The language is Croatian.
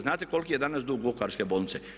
Znate koliki je danas dug Vukovarske bolnice?